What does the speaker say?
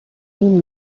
این